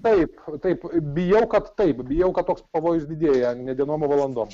taip taip bijau kad taip bijau kad toks pavojus didėja ne dienom o valandom